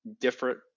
different